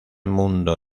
mundo